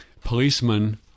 policemen